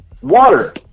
Water